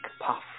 puff